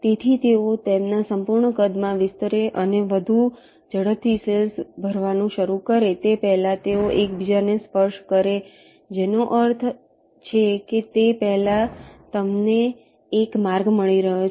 તેથી તેઓ તેમના સંપૂર્ણ કદમાં વિસ્તરે અને વધુ ઝડપથીસેલ્સ ભરવાનું શરૂ કરે તે પહેલાં તેઓ એકબીજાને સ્પર્શ કરે છે જેનો અર્થ છે કે તે પહેલાં તમને એક માર્ગ મળી રહ્યો છે